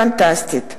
פנטסטית.